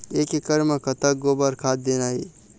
एक एकड़ म कतक गोबर खाद देना ये?